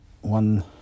one